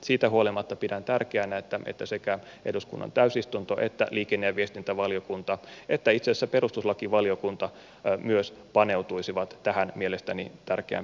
siitä huolimatta pidän tärkeänä että sekä eduskunnan täysistunto että liikenne ja viestintävaliokunta että itse asiassa perustuslakivaliokunta myös paneutuisivat tähän mielestäni tärkeään periaatteelliseen kysymykseen